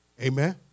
Amen